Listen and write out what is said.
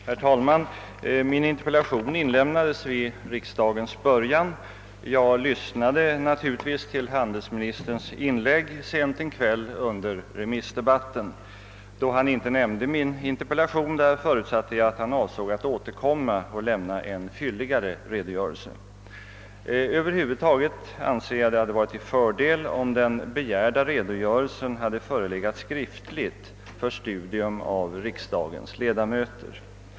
Herr talman! Min interpellation inlämnades vid riksdagens början. Jag lyssnade naturligtvis till handelsministerns inlägg sent en kväll under remissdebatten. Eftersom han då inte nämnde min interpellation förutsatte jag att han avsåg att återkomma och lämna en fylligare redogörelse. Över huvud taget anser jag att det hade varit till fördel om den begärda redogörelsen hade förelegat skriftligt för studium av riksdagens ledamöter.